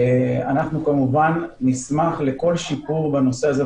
אנחנו כמובן נשמח לכל שיפור בנושא הזה,